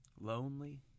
Lonely